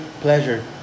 pleasure